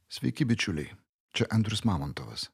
sveiki bičiuliai čia andrius mamontovas